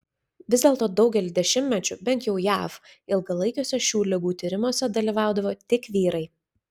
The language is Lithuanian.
vis dėlto daugelį dešimtmečių bent jau jav ilgalaikiuose šių ligų tyrimuose dalyvaudavo tik vyrai